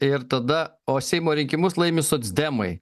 ir tada o seimo rinkimus laimi socdemai